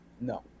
No